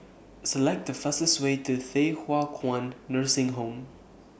Select The fastest Way to Thye Hua Kwan Nursing Home